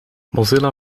mozilla